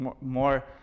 more